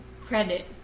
credit